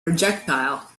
projectile